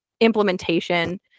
implementation